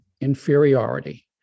inferiority